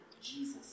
Jesus